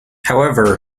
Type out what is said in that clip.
however